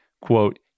quote